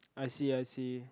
I see I see